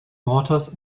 mortars